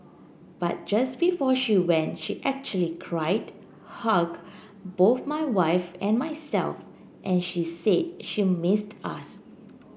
but just before she went she actually cried hugged both my wife and myself and she said she missed us